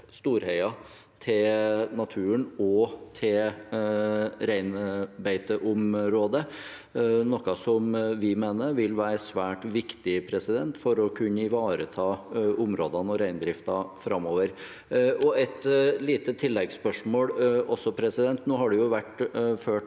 Storheia til naturen og til reinbeiteområde, noe vi mener vil være svært viktig for å kunne ivareta områdene og reindriften framover? Og et lite tilleggsspørsmål: Nå har det jo vært